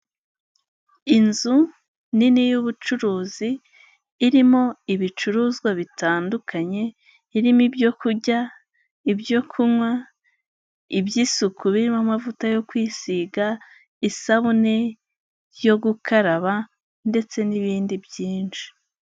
Inzu nini y'ubucuruzi irimo ibicuruzwa bitandukanye, irimo ibyo kurya, ibyo kunywa, iby'isuku birimo amavuta yo kwisiga, isabune yo gukaraba ndetse n'ibindi byinshi.